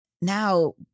now